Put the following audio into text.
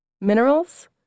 Minerals